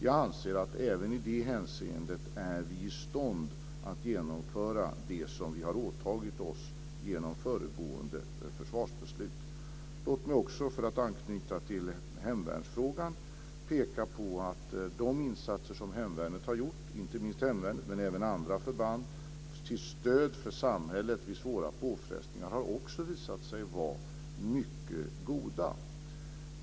Jag anser att vi även i det hänseendet är i stånd att genomföra det som vi har åtagit oss genom föregående försvarsbeslut. Låt mig också för att anknyta till hemvärnsfrågan peka på att de insatser som inte minst hemvärnet men även andra förband har gjort till stöd för samhället vid svåra påfrestningar har visat sig vara mycket goda.